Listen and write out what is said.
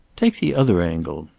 take the other angle.